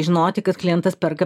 žinoti kad klientas perka